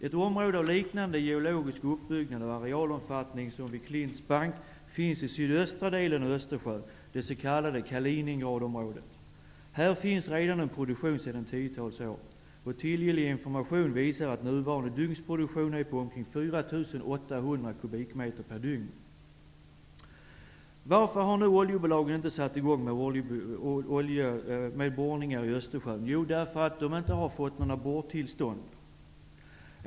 Ett område av liknande geologisk uppbyggnad och arealomfattning som det vid Klints bank finns i sydöstra delen av Östersjön, det s.k. Kaliningradområdet. Här finns redan produktion sedan ett tiotal år. Tillgänglig information visar att nuvarande dygnsproduktion är på omkring 4 800 Varför har då inte oljebolagen satt i gång med borrningar i Östersjön? Jo, därför att de inte har fått borrtillstånd.